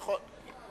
נכון.